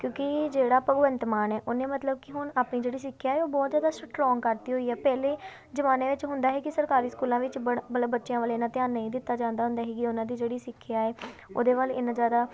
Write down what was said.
ਕਿਉਂਕਿ ਜਿਹੜਾ ਭਗਵੰਤ ਮਾਨ ਹੈ ਉਹਨੇ ਮਤਲਬ ਕਿ ਹੁਣ ਆਪਣੀ ਜਿਹੜੀ ਸਿੱਖਿਆ ਹੈ ਉਹ ਬਹੁਤ ਜ਼ਿਆਦਾ ਸਟਰੋਂਗ ਕਰਤੀ ਹੋਈ ਆ ਪਹਿਲੇ ਜਮਾਨੇ ਵਿੱਚ ਹੁੰਦਾ ਸੀ ਕਿ ਸਰਕਾਰੀ ਸਕੂਲਾਂ ਵਿੱਚ ਮਤਲਬ ਬੱਚਿਆਂ ਵੱਲ ਇੰਨਾ ਧਿਆਨ ਨਹੀਂ ਦਿੱਤਾ ਜਾਂਦਾ ਹੁੰਦਾ ਸੀ ਕਿ ਉਹਨਾਂ ਦੀ ਜਿਹੜੀ ਸਿੱਖਿਆ ਹੈ ਉਹਦੇ ਵੱਲ ਇੰਨਾ ਜ਼ਿਆਦਾ